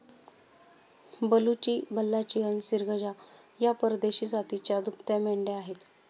बलुची, बल्लाचियन, सिर्गजा या परदेशी जातीच्या दुभत्या मेंढ्या आहेत